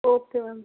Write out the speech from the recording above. okay ma'am